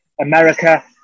America